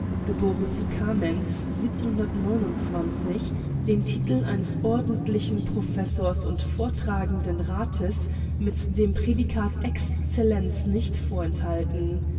zu carmens den titel eines ordentlichen professors und vortragenden rates mit dem prädikat exzellenz nicht vorenthalten